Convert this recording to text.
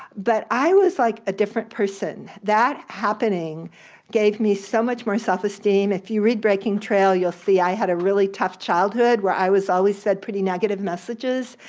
but i was like a different person. that happening gave me so much more self esteem. if you read breaking trail you'll see i had a really tough childhood where i was always said pretty negative messages,